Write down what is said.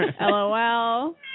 lol